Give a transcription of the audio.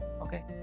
okay